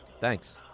Thanks